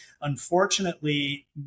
Unfortunately